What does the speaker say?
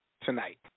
tonight